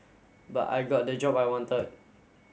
but I got the job I wanted